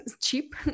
cheap